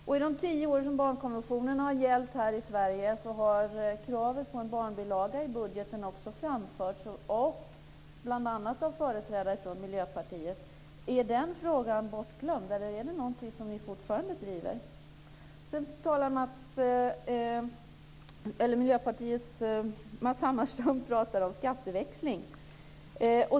Under de tio år som barnkonventionen har gällt här i Sverige har kravet på en barnbilaga i budgeten också framförts bl.a. av företrädare från Miljöpartiet. Är den frågan bortglömd, eller är det någonting som ni fortfarande driver? Sedan talar Matz Hammarström om skatteväxling.